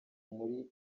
muri